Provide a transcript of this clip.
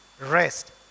rest